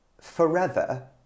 forever